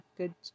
good